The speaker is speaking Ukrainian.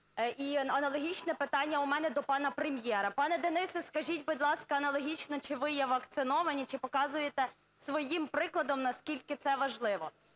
І аналогічне питання у мене до пана Прем'єра. Пане Денисе, скажіть, будь ласка, аналогічно: чи ви є вакцинованим, чи показуєте своїм прикладом, наскільки це важливо?